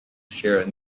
share